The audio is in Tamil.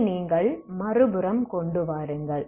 இதை நீங்கள் மறுபுறம் கொண்டு வாருங்கள்